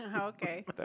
Okay